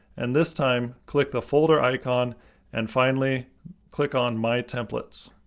and this time, click the folder icon and finally click on my templates.